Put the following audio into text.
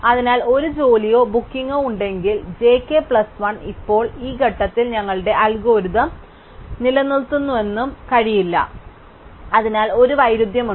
അതിനാൽ ഒരു ജോലിയോ ബുക്കിംഗോ ഉണ്ടെങ്കിൽ j k പ്ലസ് 1 അപ്പോൾ ഈ ഘട്ടത്തിൽ ഞങ്ങളുടെ അൽഗോരിതം നിർത്തിവെക്കാൻ കഴിയില്ല അതിനാൽ ഒരു വൈരുദ്ധ്യമുണ്ട്